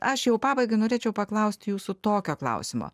aš jau pabaigai norėčiau paklausti jūsų tokio klausimo